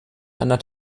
einer